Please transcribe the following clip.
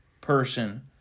person